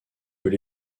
peut